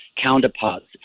counterparts